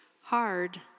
hard